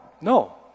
No